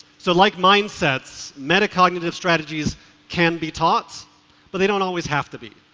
so like mindsets, meta-cognitive strategies can be taught but they don't always have to be.